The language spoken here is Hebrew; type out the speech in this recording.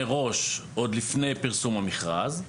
מראש עוד לפני פרסום המכרז,